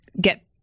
get